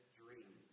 dream